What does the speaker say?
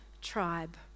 tribe